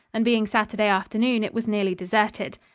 and being saturday afternoon, it was nearly deserted.